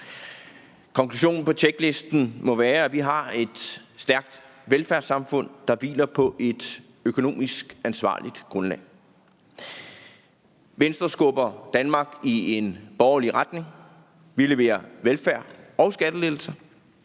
Konklusionen på tjeklisten må være, at vi har et stærkt velfærdssamfund, der hviler på et økonomisk ansvarligt grundlag. Venstres skubber Danmark i en borgerlig retning. Vi leverer velfærd og skattelettelser.